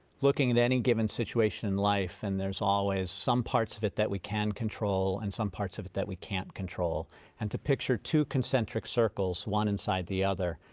looking at any given situation in life and there's always some parts of it that we can control and some parts of it that we can't control and to picture two concentric circles, one inside the other.